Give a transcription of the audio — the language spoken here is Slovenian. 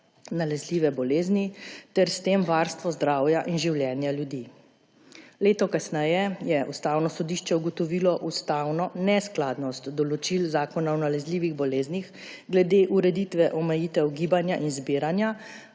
nalezljive bolezni ter s tem varstvo zdravja in življenja ljudi. Leto kasneje je Ustavno sodišče ugotovilo ustavno neskladnost določil zakona o nalezljivih boleznih glede ureditve omejitev gibanja in zbiranja,